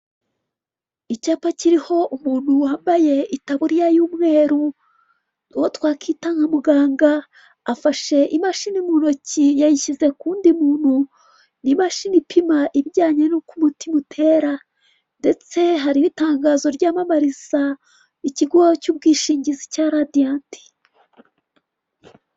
Icyapa kiriho umuntu wambaye itaburiya y'umweru. Uwo twakwita nka muganga afashe imashini mu ntoki yayishyize ku wundi muntu. Ni imashini ipima ibijyanye n'uko umutima utera, ndetse hariho itangazo ryamamariza ikigo cy'ubwishingizi cya Radiyanti.